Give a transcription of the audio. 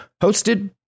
Hosted